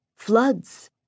Floods